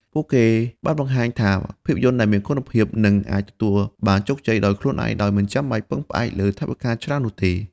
ពួកគេបានបង្ហាញថាភាពយន្តដែលមានគុណភាពនឹងអាចទទួលបានជោគជ័យដោយខ្លួនឯងដោយមិនចាំបាច់ពឹងផ្អែកលើថវិកាច្រើននោះទេ។